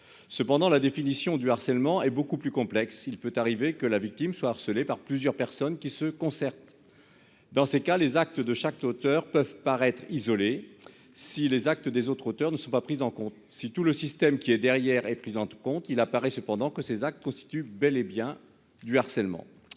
Cependant la définition du harcèlement est beaucoup plus complexe, il peut arriver que la victime soit harcelée par plusieurs personnes qui se concertent. Dans ces cas, les actes de chaque auteur peuvent paraître isolé si les actes des autres auteurs ne sont pas prises en compte. Si tout le système qui est derrière et prudente compte il apparaît cependant que ces actes constituent bel et bien du harcèlement.